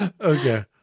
Okay